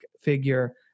figure